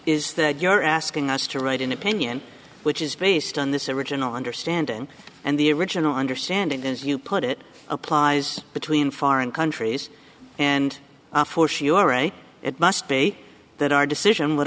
is that you're asking us to write an opinion which is based on this it original understanding and the original understanding as you put it applies between foreign countries and it must be that our decision would